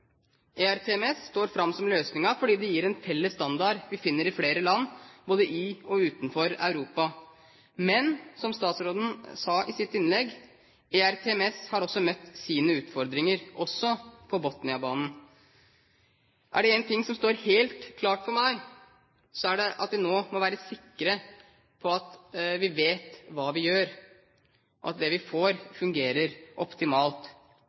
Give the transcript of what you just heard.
ERTMS står fram som løsningen fordi det gir en felles standard som vi finner i flere land, både i og utenfor Europa. Men som statsråden sa i sitt innlegg: ERTMS har møtt sine utfordringer – også på Botniabanen. Er det én ting som står helt klart for meg, er det at vi nå må være sikre på at vi vet hva vi gjør, og at det vi får, fungerer optimalt.